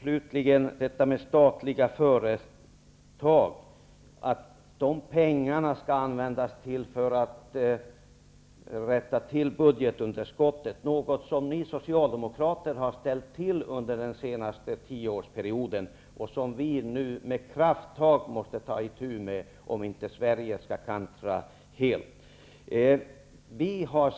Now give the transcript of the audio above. Jarl Lander talade om att pengarna från utförsäljningen av statliga företag skall användas för att komma till rätta med budgetunderskottet, vilket är något som ni Socialdemokrater har ställt till med under den senaste tioårsperioden och som vi nu med krafttag måste ta itu med, om inte Sverige skall kantra fullständigt.